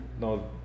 No